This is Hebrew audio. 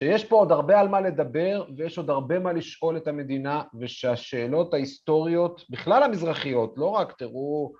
שיש פה עוד הרבה על מה לדבר, ויש עוד הרבה מה לשאול את המדינה, ושהשאלות ההיסטוריות, בכלל המזרחיות, לא רק, תראו...